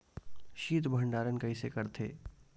शीत भंडारण कइसे करथे?